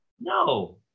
no